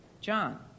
John